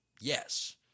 yes